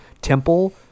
temple